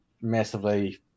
massively